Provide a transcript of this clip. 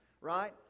right